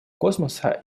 космоса